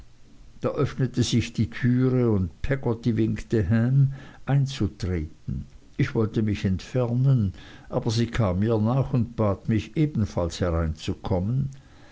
da öffnete sich die türe und peggotty winkte ham einzutreten ich wollte mich entfernen aber sie kam mir nach und bat mich ebenfalls hereinzukommen